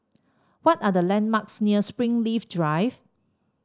what are the landmarks near Springleaf Drive